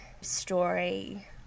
story